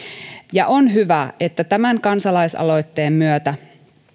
ja on hyvä että tämän kansalaisaloitteen myötä